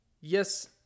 Yes